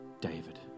David